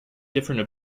different